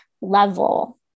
level